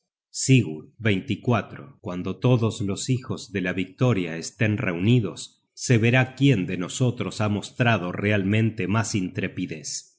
sigurd cuando todos los hijos de la victoria es ten reunidos se verá quién de nosotros ha mostrado realmente mas intrepidez